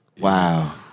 Wow